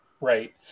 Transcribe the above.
Right